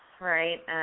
right